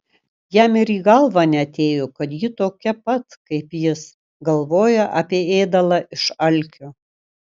jam ir į galvą neatėjo kad ji tokia pat kaip jis galvoja apie ėdalą iš alkio